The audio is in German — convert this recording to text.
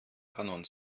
kanon